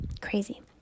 crazy